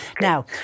Now